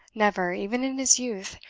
never, even in his youth,